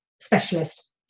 specialist